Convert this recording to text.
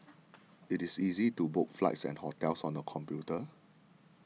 it is easy to book flights and hotels on the computer